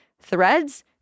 threads